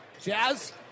Jazz